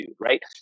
Right